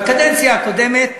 בקדנציה הקודמת